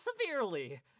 Severely